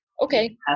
okay